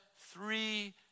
three